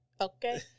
Okay